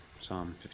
Psalm